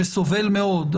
שסובל מאוד,